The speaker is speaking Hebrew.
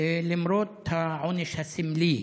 למרות העונש הסמלי?